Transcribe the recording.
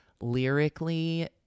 Lyrically